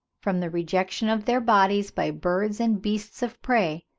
from the rejection of their bodies by birds and beasts of prey,